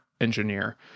Engineer